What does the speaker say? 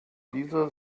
dieser